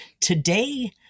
Today